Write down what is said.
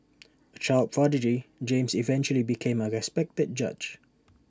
A child prodigy James eventually became A respected judge